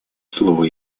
слово